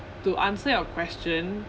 to answer your question